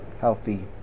healthy